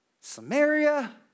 Samaria